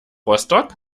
rostock